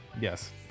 Yes